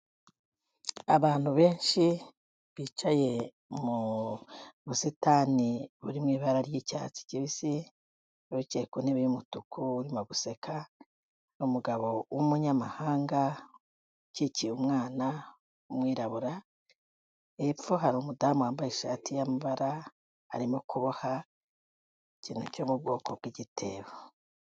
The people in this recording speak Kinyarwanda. Abantu benshi bicaye mu busitani buri mu ibara ry'icyatsi kibisi uwicaye ku ntebe y'umutuku urimo guseka n'umugabo w'umunyamahanga ukikiye umwana w'umwirabura, hepfo hari umudamu wambaye ishati y'amabara arimo kuboha ikintu cyo mu bwoko bw'igitebo.